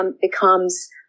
becomes